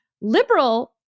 liberal